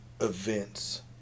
events